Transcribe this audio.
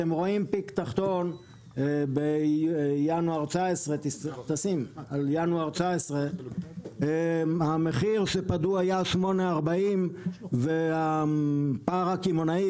אתם רואים פיק תחתון בינואר 2019. המחיר שפדו היה 8.40 והפער הקמעונאי,